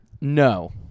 No